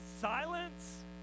silence